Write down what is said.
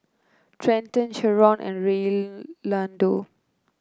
Trenton Sherron and Reynaldo